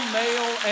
male